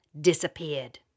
disappeared